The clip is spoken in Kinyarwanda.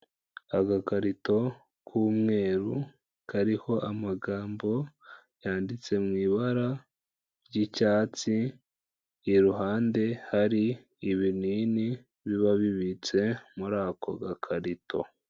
Agakarito k'umweru kariho amagambo yanditse mu ibara ry'icyatsi, iruhande hari ibinini biba bibitse muri ako gakarito.